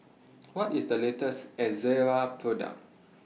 What IS The latest Ezerra Product